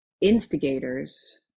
instigators